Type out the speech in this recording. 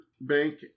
bank